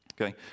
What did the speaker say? okay